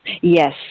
Yes